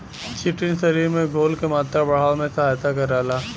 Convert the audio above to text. chitin शरीर में घोल क मात्रा बढ़ावे में सहायता करला